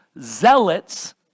zealots